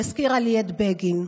שהזכירה לי את בגין.